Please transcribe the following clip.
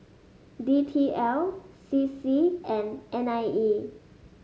D T L C C and N I E